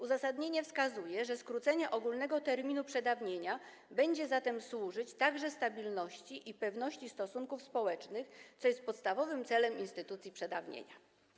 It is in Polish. Uzasadnienie wskazuje, że skrócenie ogólnego terminu przedawnienia będzie zatem służyć także stabilności i pewności stosunków społecznych, co jest podstawowym celem instytucji przedawnienia.